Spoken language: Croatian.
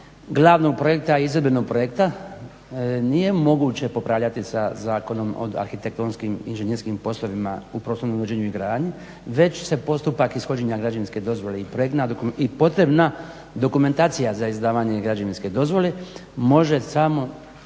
glavnog projekta i izvedbenog projekta nije moguće popravljati sa Zakonom o arhitektonskim i inženjerskim poslovima u prostornom uređenju i gradnji već se postupak ishođenja građevinske dozvole i potrebna dokumentacija za izdavanje građevinske dozvole može samo